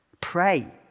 Pray